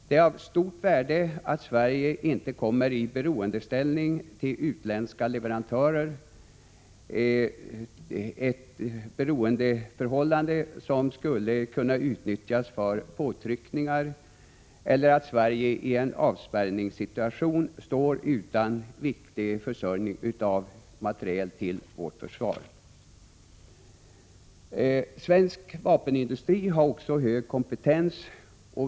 Det är av stort värde att Sverige inte blir beroende av utländska leverantörer, ett beroendeförhållande som skulle kunna utnyttjas för påtryckningar eller leda till att Sverige i en avspärrningssituation skulle stå utan viktig försörjning med materiel till vårt försvar. Svensk vapenindustri har också hög kompetens.